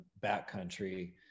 backcountry